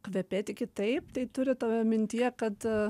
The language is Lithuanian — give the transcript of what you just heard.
kvepėti kitaip tai turit mintyje kad